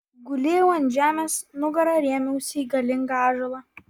gulėjau ant žemės nugara rėmiausi į galingą ąžuolą